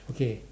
okay